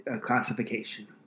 classification